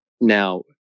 Now